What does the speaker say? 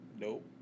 Nope